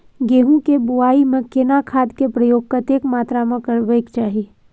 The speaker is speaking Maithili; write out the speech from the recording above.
गेहूं के बुआई में केना खाद के प्रयोग कतेक मात्रा में करबैक चाही?